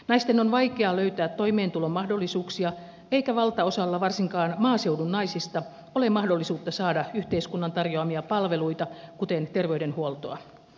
naisten on vaikea löytää toimeentulon mahdollisuuksia eikä valtaosalla varsinkaan maaseudun naisista ole mahdollisuutta saada yhteiskunnan tarjoamia palveluita kuten terveydenhuoltoa